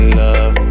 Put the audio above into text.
love